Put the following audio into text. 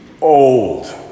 old